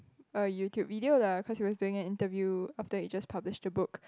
uh YouTube video lah cause he was doing an interview after he just publish the book